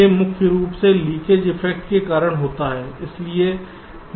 ये मुख्य रूप से लीकेज इफेक्ट के कारण होते हैं